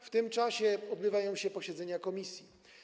W tym czasie odbywają się posiedzenia komisji.